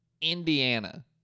Indiana